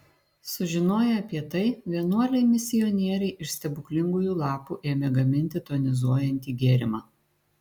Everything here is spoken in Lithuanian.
sužinoję apie tai vienuoliai misionieriai iš stebuklingųjų lapų ėmė gaminti tonizuojantį gėrimą